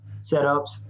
setups